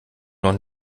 noch